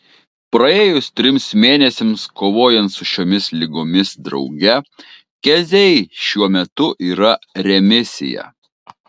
praėjus trims mėnesiams kovojant su šiomis ligomis drauge keziai šiuo metu yra remisija